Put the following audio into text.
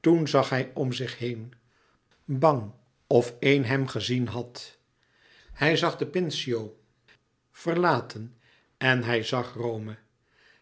toen zag hij om zich heen bang of een hem gezien had hij zag den pincio verlaten en hij zag rome